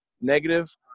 negative